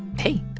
hey,